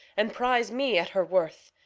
and prize me at her worth.